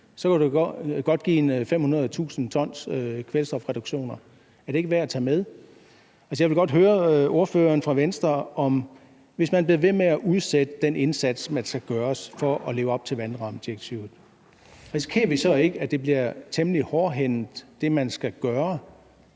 så kunne det godt give ca. 500.000 t kvælstofreduktioner. Er det ikke værd at tage med? Jeg vil godt høre ordføreren fra Venstre, om vi, hvis man bliver ved med at udsætte den indsats, der skal gøres, for at leve op til vandrammedirektivet, så ikke risikerer, at det, der skal gøres,